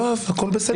יואב, הכול בסדר.